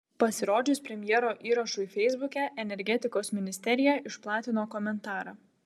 pasirodžius premjero įrašui feisbuke energetikos ministerija išplatino komentarą